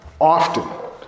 often